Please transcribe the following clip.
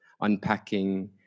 unpacking